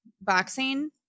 boxing